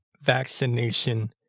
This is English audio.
vaccination